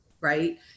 Right